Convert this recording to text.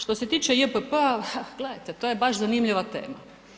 Što se tiče JPP-a, gledajte to je baš zanimljiva tema.